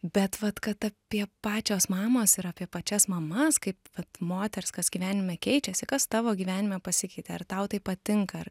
bet vat kad apie pačios mamos ir apie pačias mamas kaip vat moterys kas gyvenime keičiasi kas tavo gyvenime pasikeitė ar tau tai patinka ar